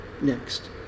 next